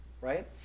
right